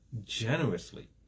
generously